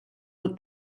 what